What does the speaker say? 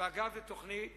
ואגב, היא תוכנית